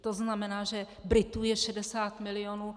To znamená, že Britů je 60 milionů.